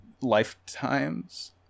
lifetimes